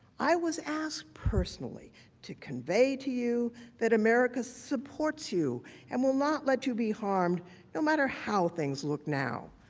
i was asked personally to convey to you that america supports you and will not let you be harmed no matter how things look now.